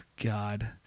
god